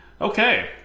Okay